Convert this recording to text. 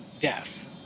death